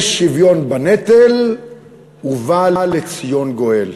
יש שוויון בנטל ובא לציון גואל.